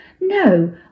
No